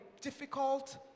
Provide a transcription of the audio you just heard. difficult